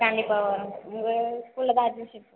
கண்டிப்பாக வரோம் உங்கள் ஸ்கூல்லில் தான் அட்மிஷன் போ